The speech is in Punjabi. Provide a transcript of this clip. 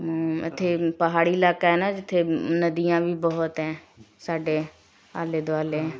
ਇੱਥੇ ਪਹਾੜੀ ਇਲਾਕਾ ਹੈ ਨਾ ਜਿੱਥੇ ਨਦੀਆਂ ਵੀ ਬਹੁਤ ਹੈ ਸਾਡੇ ਆਲੇ ਦੁਆਲੇ